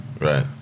Right